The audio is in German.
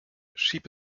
schieb